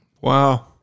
Wow